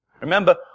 Remember